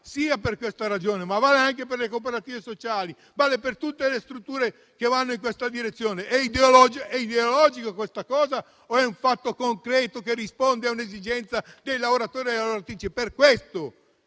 vale per questo, ma vale anche per le cooperative sociali e per tutte le strutture che vanno in questa direzione. È ideologica questa cosa o è un fatto concreto che risponde a un'esigenza dei lavoratori e delle lavoratrici? Per questo